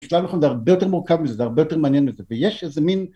זה הרבה יותר מורכב מזה, זה הרבה יותר מעניין מזה ויש איזה מין